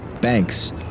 Banks